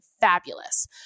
fabulous